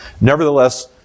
Nevertheless